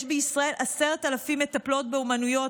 יש בישראל 10,000 מטפלות באומנויות,